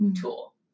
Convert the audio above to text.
tool